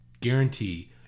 guarantee